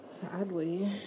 Sadly